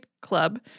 Club